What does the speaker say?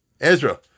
Ezra